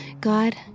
God